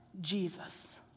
Jesus